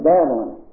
Babylon